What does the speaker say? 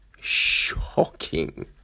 shocking